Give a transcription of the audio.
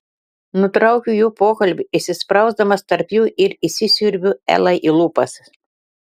nutraukiu jų pokalbį įsisprausdamas tarp jų ir įsisiurbiu elai į lūpas